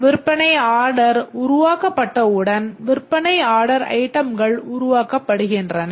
விற்பனை ஆர்டர் உருவாக்கப்பட்டவுடன் விற்பனை ஆர்டர் ஐட்டம்கள் உருவாக்கப்படுகின்றன